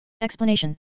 Explanation